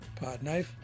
Podknife